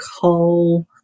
coal